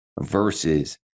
versus